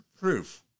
proof